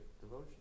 Devotion